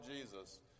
Jesus